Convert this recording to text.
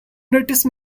notice